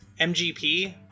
mgp